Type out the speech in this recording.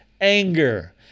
anger